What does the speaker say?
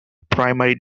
primary